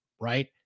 right